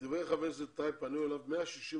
לדברי חבר הכנסת טייב פנו אליו 165